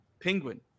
Penguin